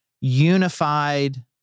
unified